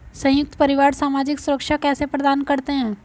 संयुक्त परिवार सामाजिक सुरक्षा कैसे प्रदान करते हैं?